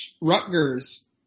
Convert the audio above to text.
Rutgers